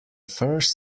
first